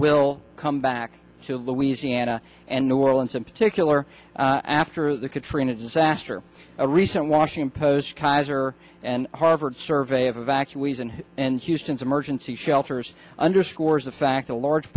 will come back to louisiana and new orleans in particular after the katrina disaster a recent washington post kaiser and harvard survey of evacuees and and houston's emergency shelters underscores the fact a large